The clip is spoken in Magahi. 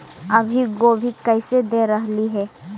अभी गोभी कैसे दे रहलई हे?